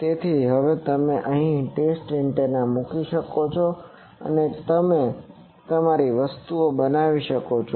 તેથી હવે તમે અહીં ટેસ્ટ એન્ટેના મૂકી શકો છો અને તમે તમારી વસ્તુઓ બનાવી શકો છો